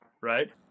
Right